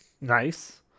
Nice